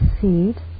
seed